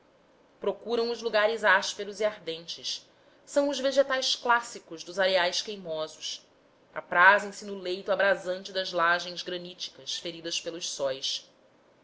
procuram os lugares ásperos e ardentes são os vegetais clássicos dos areais queimosos aprazem se no leito abrasante das lajes graníticas feridas pelos sóis